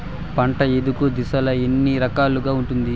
పంట ఎదుగు దశలు ఎన్ని రకాలుగా ఉంటుంది?